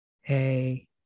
hey